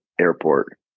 airport